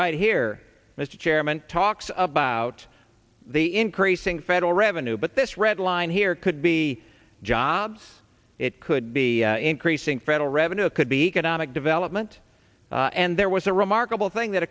right here mr chairman talks about the increasing federal revenue but this red line here could be jobs it could be increasing federal revenue could be economic development and there was a remarkable thing that